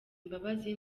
imbabazi